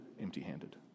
empty-handed